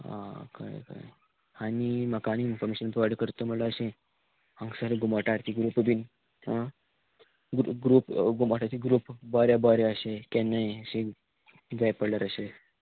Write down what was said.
आं कळ्ळें कळ्ळें आनी म्हाका आनींग इनफोर्मेशन प्रोवायड करता म्हणल्यार अशें हांगासर घुमट आरती ग्रूप बीन आं ग्रूप घुमट आरती ग्रूप बरें बरें अशें केन्नाय अशें जाय पडल्यार अशें